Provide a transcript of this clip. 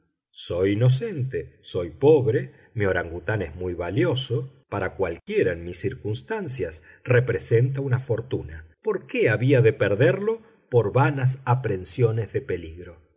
soy inocente soy pobre mi orangután es muy valioso para cualquiera en mis circunstancias representa una fortuna por qué había de perderlo por vanas aprensiones de peligro